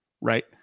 Right